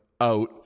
out